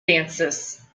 dances